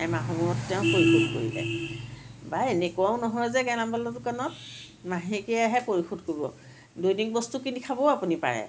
এমাহৰ মূৰত তেওঁ পৰিশোধ কৰিলে বা এনেকুৱাও নহয় যে গেলামালৰ দোকানত মাহেকীয়াহে পৰিশোধ কৰিব দৈনিক বস্তু কিনি খাবও আপুনি পাৰে